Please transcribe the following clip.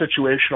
situational